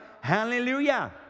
Hallelujah